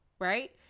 Right